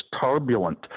turbulent